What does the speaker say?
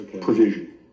provision